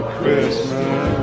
Christmas